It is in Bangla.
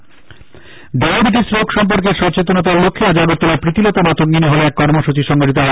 ডায়াবেটিস ডায়াবেটিস রোগ সম্পর্কে সচেতনতার লক্ষ্যে আজ আগরতলার প্রীতিলতা মাতঙ্গিনী হলে এক কর্মসূচি সংগঠিত হয়